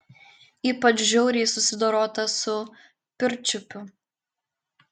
ypač žiauriai susidorota su pirčiupiu